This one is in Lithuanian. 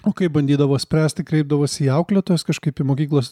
o kaip bandydavo spręsti kreipdavosi į auklėtojas kažkaip į mokyklos